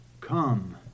Come